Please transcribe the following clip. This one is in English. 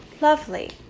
lovely